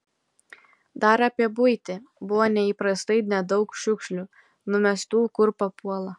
dar apie buitį buvo neįprastai nedaug šiukšlių numestų kur papuola